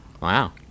Wow